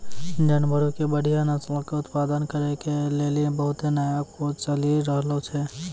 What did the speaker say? जानवरो के बढ़िया नस्लो के उत्पादन करै के लेली बहुते नया खोज चलि रहलो छै